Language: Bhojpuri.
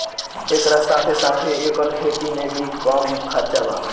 एकरा साथे साथे एकर खेती में भी कम खर्चा बा